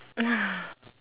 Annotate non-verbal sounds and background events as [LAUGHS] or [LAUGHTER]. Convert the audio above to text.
[LAUGHS]